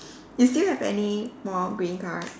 you still have any more green card